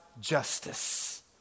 justice